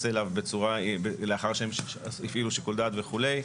אליו לאחר שהם הפעילו שיקול דעת וכולי,